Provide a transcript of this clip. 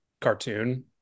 cartoon